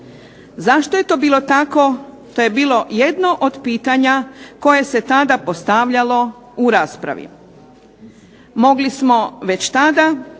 Zašto je to bilo tako, to je bilo jedno od pitanja koje se tada postavljalo u raspravi. Mogli smo već tada